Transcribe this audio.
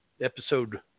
Episode